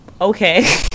okay